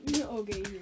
Okay